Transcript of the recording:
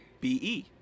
B-E